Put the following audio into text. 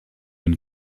been